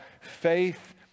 faith